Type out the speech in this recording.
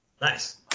Nice